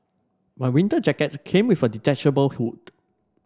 my winter jacket came with a detachable hood